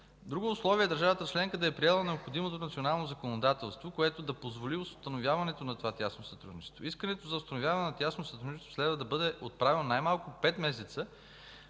Друго условие е държавата членка да е приела необходимото национално законодателство, което да позволи установяването на това тясно сътрудничество. Искането за установяване на тясно сътрудничество следва да бъде отправено най-малко пет месеца